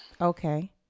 Okay